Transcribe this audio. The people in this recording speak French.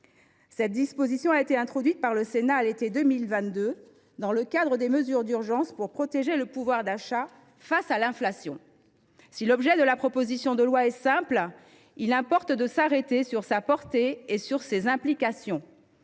Cette disposition a été introduite par le Sénat, à titre temporaire, à l’été 2022, dans le cadre des mesures d’urgence pour protéger le pouvoir d’achat face à l’inflation. Si l’objet de la proposition de loi est simple, il importe de s’arrêter sur sa portée et sur ses implications.